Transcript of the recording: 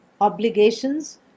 obligations